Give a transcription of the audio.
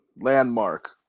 landmark